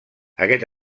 aquest